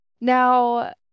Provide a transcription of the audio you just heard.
Now